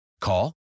Call